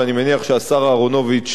ואני מניח שהשר אהרונוביץ,